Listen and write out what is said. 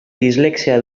dislexia